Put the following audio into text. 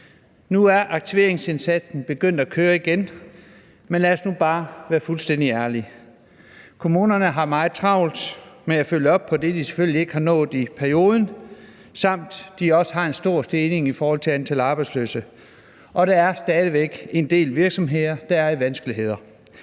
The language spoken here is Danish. Nu er aktiveringsindsatsen begyndt at køre igen, men lad os nu bare være fuldstændig ærlige. Kommunerne har meget travlt med at følge op på det, de selvfølgelig ikke har nået i perioden. Der er også en stor stigning i antallet af arbejdsløse, og der er stadig væk en del virksomheder, der er i vanskeligheder.